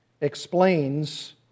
explains